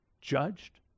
judged